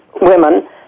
women